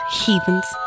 heathens